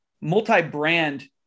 multi-brand